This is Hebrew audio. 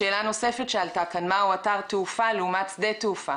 שאלה נוספת שעלתה כאן: מהו אתר תעופה לעומת שדה תעופה?